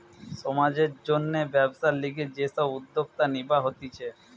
সমাজের জন্যে ব্যবসার লিগে যে সব উদ্যোগ নিবা হতিছে